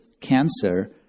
cancer